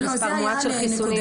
מספר מועט של חיסונים -- לא,